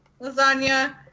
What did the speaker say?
Lasagna